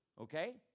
okay